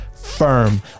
firm